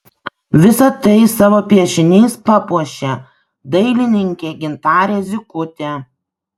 visa tai savo piešiniais papuošė dailininkė gintarė zykutė